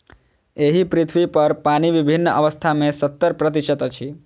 एहि पृथ्वीपर पानि विभिन्न अवस्था मे सत्तर प्रतिशत अछि